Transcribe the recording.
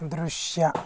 ದೃಶ್ಯ